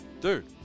dude